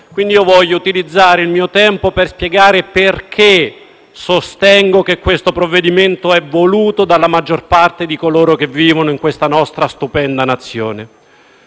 quindi io voglio utilizzare il mio tempo per spiegare perché sostengo che questo provvedimento è voluto dalla maggior parte di coloro che vivono in questa nostra stupenda Nazione.